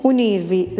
Unirvi